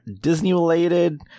disney-related